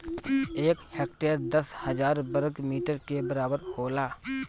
एक हेक्टेयर दस हजार वर्ग मीटर के बराबर होला